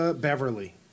Beverly